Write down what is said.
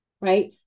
right